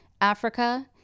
Africa